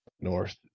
north